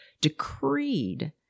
decreed